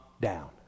down